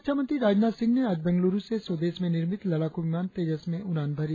रक्षामंत्री राननाथ सिंह ने आज बंगलूरु से स्वदेश में निर्मित लड़ाकू विमान तेजस में उड़ान भरी